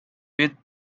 with